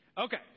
Okay